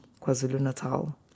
KwaZulu-Natal